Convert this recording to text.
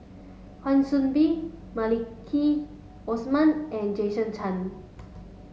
Wan Soon Bee Maliki Osman and Jason Chan